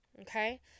okay